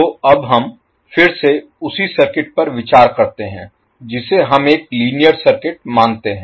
तो अब हम फिर से उसी सर्किट पर विचार करते हैं जिसे हम एक लीनियर सर्किट मानते हैं